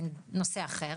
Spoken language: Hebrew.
בנושא אחר,